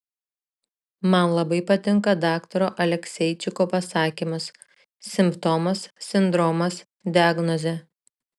man labai patinka daktaro alekseičiko pasakymas simptomas sindromas diagnozė